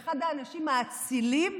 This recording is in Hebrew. והוא אחד האנשים האצילים,